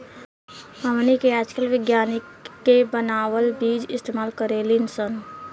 हमनी के आजकल विज्ञानिक के बानावल बीज इस्तेमाल करेनी सन